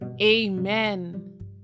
Amen